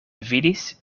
vidis